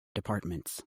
departments